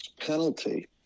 penalty